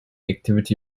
activity